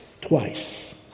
twice